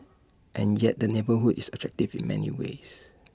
and yet the neighbourhood is attractive in many ways